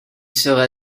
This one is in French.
sera